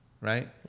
right